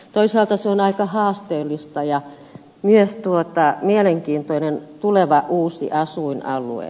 toisaalta se on aika haasteellista ja myös mielenkiintoinen tuleva uusi asuinalue